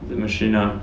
the machine lah